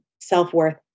self-worth